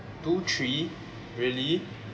two three really